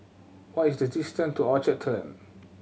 what is the distance to Orchard Turn